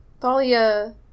Thalia